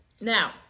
Now